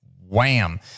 Wham